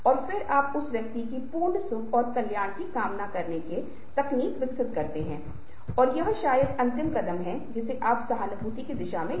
तो आप दिए गए लिंक पर जाएं और क्विज़ पर क्लिक करें और हर तरह के क्विज़ करें जो इशारों के बारे में है